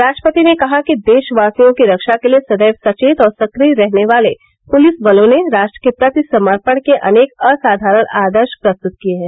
राष्ट्रपति ने कहा कि देशवासियों की रक्षा के लिए सदैव सचेत और सक्रिय रहने वाले पुलिसबलों ने राष्ट्र के प्रति समर्पण के अनेक असाधारण आदर्श प्रस्तुत किये हैं